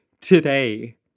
today